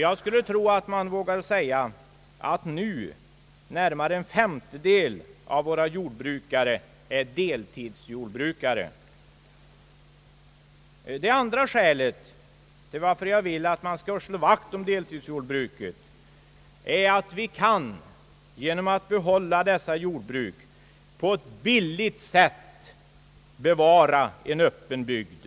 Jag skulle tro att man vågar säga att nu närmare en femtedel av våra jordbrukare är deltidsjordbrukare. Det andra skälet till att jag vill att man skall slå vakt om deltidsjordbruket är att vi genom att behålla detta jordbruk på ett billigt sätt bevarar en öppen bygd.